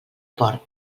porc